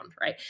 right